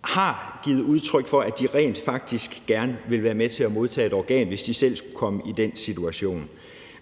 har givet udtryk for, at de rent faktisk gerne vil modtage et organ, hvis de selv skulle komme i den situation.